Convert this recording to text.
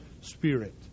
spirit